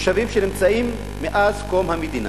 תושבים שנמצאים מאז קום המדינה,